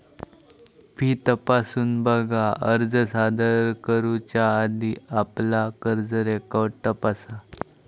fee तपासून बघा, अर्ज सादर करुच्या आधी आपला कर्ज रेकॉर्ड तपासा